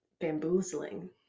bamboozling